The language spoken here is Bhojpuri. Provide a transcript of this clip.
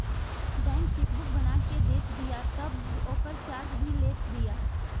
बैंक चेकबुक बना के देत बिया तअ ओकर चार्ज भी लेत बिया